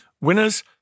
winners